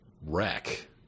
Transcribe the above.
wreck